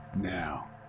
Now